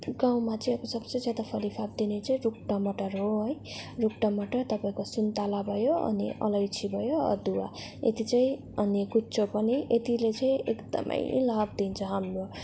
गाउँमा चाहिँ अब सबसे ज्यादा फलिफाप दिने चाहिँ रुख टमाटर हो है रुख टमाटर तपाईँको सुन्तला भयो अनि अलैँची भयो अदुवा यति चाहिँ अनि कुचो पनि यतिले चाहिँ एकदमै लाभ दिन्छ हाम्रो